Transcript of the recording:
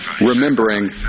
Remembering